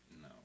No